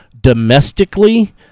domestically